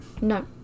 No